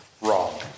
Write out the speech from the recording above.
wrong